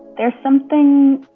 there's something